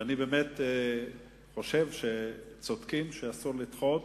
ואני באמת חושב שצודקים, שאסור לדחות,